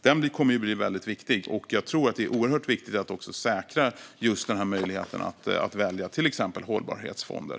Det kommer att bli viktigt, och jag tror att det är oerhört viktigt att också säkra möjligheten att välja till exempel hållbarhetsfonder.